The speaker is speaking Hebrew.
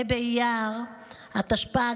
ה' באייר התשפ"ג,